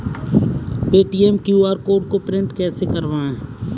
Paytm के QR code को print कैसे करवाएँ?